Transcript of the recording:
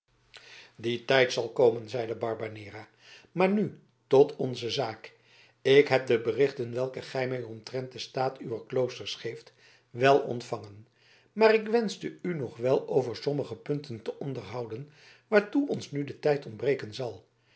die tijd zal komen zeide barbanera maar nu tot onze zaak ik heb de berichten welke gij mij omtrent den staat uwer kloosters geeft wel ontvangen maar ik wenschte u nog wel over sommige punten te onderhouden waartoe ons nu de tijd ontbreken zal